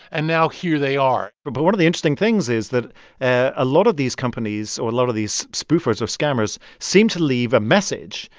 and now here they are but but one of the interesting things is that ah a lot of these companies or a lot of these spoofers or scammers seem to leave a message,